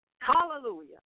Hallelujah